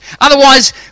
Otherwise